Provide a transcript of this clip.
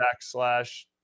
backslash